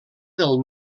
del